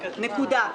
נקודה.